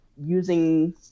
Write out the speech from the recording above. using